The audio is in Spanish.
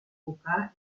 cuca